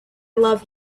love